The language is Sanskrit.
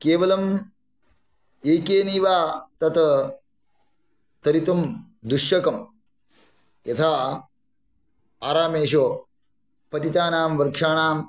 केवलं एकेनैव तत् तरितुं दुश्शकं यथा आरामेषु पतितानां वृक्षाणां